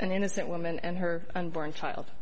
an innocent woman and her unborn child